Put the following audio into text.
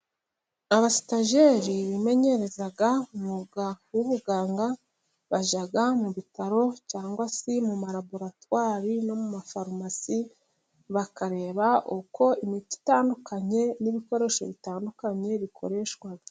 Abasitajeri bimenyereza umwuga w'ubuganga, bajya mu bitaro cyangwa se mu maraboratwari no mu mafarumasi, bakareba uko imiti itandukanye n'ibikoresho bitandukanye bikoreshwa.